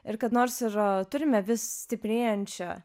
ir kad nors ir turime vis stiprėjančią